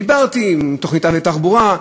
דיברתי עם תוכניתן לתחבורה,